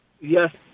Yes